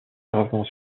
gravement